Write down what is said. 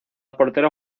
portero